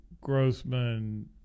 Grossman